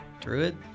Druid